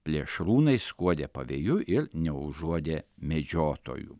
plėšrūnai skuodė pavėjui ir neužuodė medžiotojų